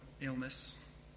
illness